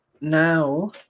now